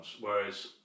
whereas